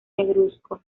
negruzco